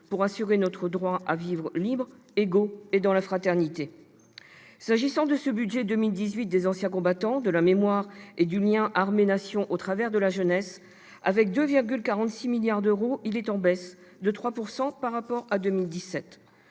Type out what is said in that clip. pour assurer notre droit à vivre libres, égaux et dans la fraternité. Ce budget 2018 des anciens combattants, de la mémoire et du lien armée-Nation au travers de la jeunesse s'établit à 2,46 milliards d'euros, en baisse de 3 % par rapport à 2017.